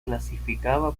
clasificaba